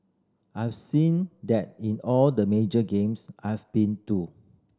I've seen that in all the major games I've been too